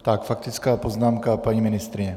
Tak faktická poznámka paní ministryně.